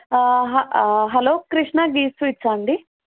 హ హలో కృష్ణా ఈ స్వీట్స్ అండి